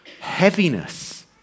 heaviness